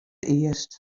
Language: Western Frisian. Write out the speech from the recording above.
earst